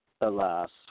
Alas